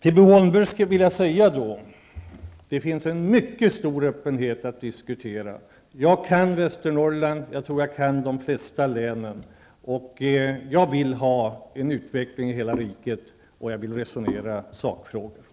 Till Bo Holmberg skulle jag vilja säga att det finns en mycket stor öppenhet för diskussion. Jag kan Västernorrland, och jag tror också att jag kan de flesta andra länen. För min del vill jag ha en utveckling i hela riket, och jag vill resonera om sakfrågor.